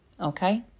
Okay